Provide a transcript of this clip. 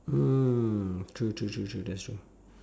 mm true true true true that's true